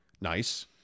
Nice